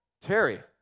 Terry